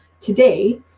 today